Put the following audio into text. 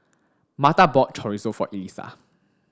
Martha bought Chorizo for Elisa